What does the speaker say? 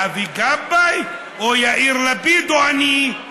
אבי גבאי או יאיר לפיד או אני?